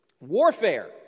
warfare